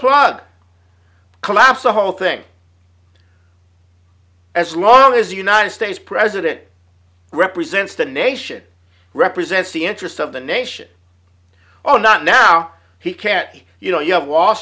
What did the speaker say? plug collapse the whole thing as long as the united states president represents the nation represents the interests of the nation oh not now he can't say you know you